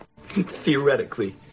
Theoretically